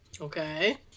Okay